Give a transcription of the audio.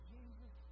Jesus